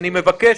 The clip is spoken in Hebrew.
יש יש.